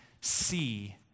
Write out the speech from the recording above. see